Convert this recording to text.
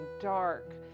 dark